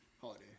holiday